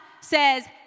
says